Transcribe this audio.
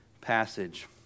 passage